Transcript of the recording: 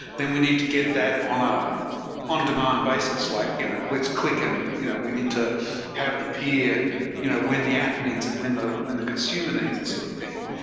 then we need to get that on a on-demand basis, like you know let's click and you know we need to have it appear you know when the app needs it, when the when the consumer needs it sort of thing.